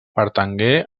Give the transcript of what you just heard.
pertangué